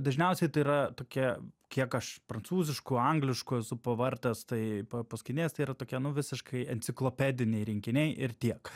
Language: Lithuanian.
dažniausiai tai yra tokia kiek aš prancūziškų angliškų esu pavartęs tai paskaitinėjęs tai yra tokie nu visiškai enciklopediniai rinkiniai ir tiek